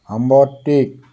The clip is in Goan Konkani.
आंबटतीक